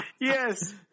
Yes